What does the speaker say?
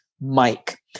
Mike